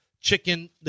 chicken